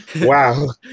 Wow